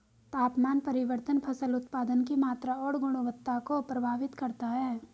तापमान परिवर्तन फसल उत्पादन की मात्रा और गुणवत्ता को प्रभावित करता है